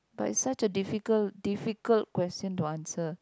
but it's such a difficult difficult question to answer